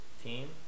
team